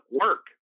work